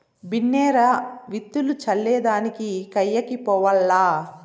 బిన్నే రా, విత్తులు చల్లే దానికి కయ్యకి పోవాల్ల